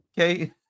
okay